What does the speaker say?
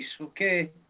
okay